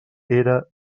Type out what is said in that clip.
era